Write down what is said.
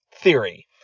theory